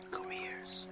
Careers